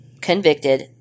convicted